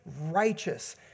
righteous